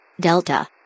Delta